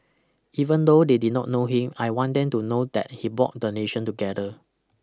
even though they did not know him I want them to know that he bought the nation together